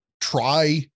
try